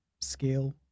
scale